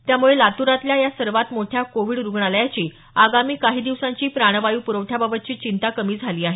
त्यामुळे लातुरातल्या या सर्वात मोठ्या कोविड रुग्णालयाची आगामी काही दिवसांची प्राणवायू प्रवठ्याबाबतची चिंता कमी झाली आहे